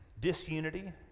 disunity